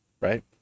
right